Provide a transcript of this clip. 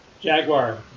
Jaguar